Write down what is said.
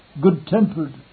good-tempered